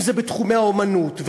אם זה בתחומי האמנות,